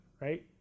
right